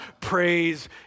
praise